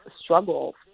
struggle